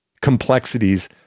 complexities